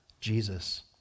Jesus